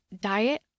diet